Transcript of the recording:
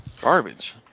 Garbage